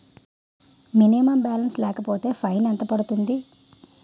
Minimum balance లేకపోతే fine ఎంత పడుతుంది?